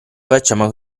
facciamo